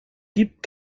gibt